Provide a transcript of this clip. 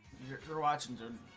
your car washington,